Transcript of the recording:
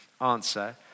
Answer